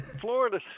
Florida